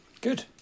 good